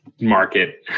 market